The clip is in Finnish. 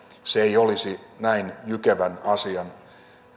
se ei olisi näin jykevän asian